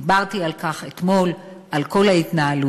דיברתי על כך אתמול, על כל ההתנהלות,